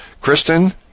Kristen